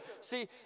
See